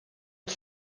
het